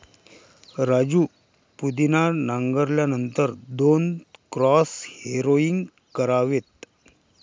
राजू पुदिना नांगरल्यानंतर दोन क्रॉस हॅरोइंग करावेत